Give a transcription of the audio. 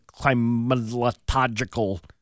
climatological